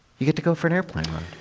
you get to go for an airplane ride.